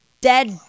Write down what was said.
dead